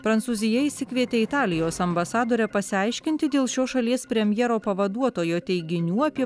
prancūzija išsikvietė italijos ambasadorę pasiaiškinti dėl šios šalies premjero pavaduotojo teiginių apie